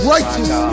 Righteous